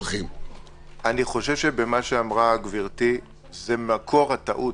אני חושב שבמה שאמרה גברתי, זה מקור הטעות.